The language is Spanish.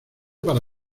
para